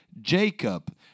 Jacob